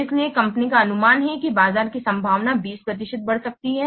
इसलिए कंपनी का अनुमान है कि बाजार की संभावना 20 प्रतिशत तक बढ़ सकती है